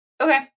Okay